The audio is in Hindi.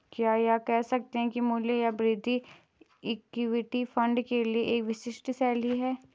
क्या यह कह सकते हैं कि मूल्य या वृद्धि इक्विटी फंड के लिए एक विशिष्ट शैली है?